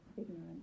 ignorant